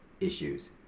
issues